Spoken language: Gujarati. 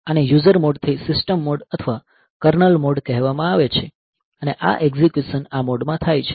આને યુઝર મોડ થી સિસ્ટમ મોડ અથવા કર્નલ મોડ કહેવામાં આવે છે અને આ એકઝીક્યુશન આ મોડમાં થાય છે